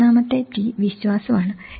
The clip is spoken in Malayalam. മൂന്നാമത്തെ T വിശ്വാസം ആണ്